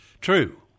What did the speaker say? True